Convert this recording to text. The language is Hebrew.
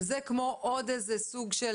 וזה כמו עוד איזה סוג של,